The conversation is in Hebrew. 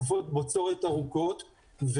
תקופות בצורת ארוכות.